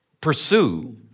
pursue